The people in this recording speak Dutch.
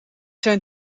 zijn